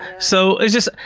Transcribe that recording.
so it's just,